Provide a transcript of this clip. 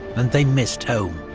and they missed home.